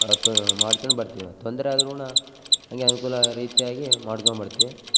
ಹತ್ತೋ ಮಾಡ್ಕೊಂಡ್ ಬರ್ತಿವ ತೊಂದರೆ ಆದರು ಕೂಡಾ ಹಂಗೆ ಅನುಕೂಲ ಆಗೋ ರೀತಿಯಾಗಿ ಮಾಡ್ಕೊಂಬರ್ತೀವಿ